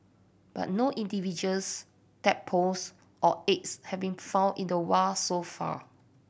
but no individuals tadpoles or eggs have been found in the wild so far